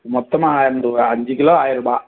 மொத்தமா அஞ்சு கிலோ ஆயரரூபா